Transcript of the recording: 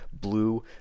blue